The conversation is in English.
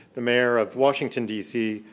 the mayor of washington, d c,